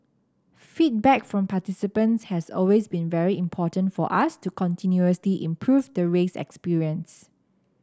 feedback from participants has always been very important for us to continuously improve the race experience